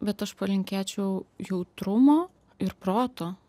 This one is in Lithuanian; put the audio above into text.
bet aš palinkėčiau jautrumo ir proto